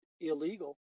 illegal